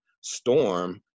storm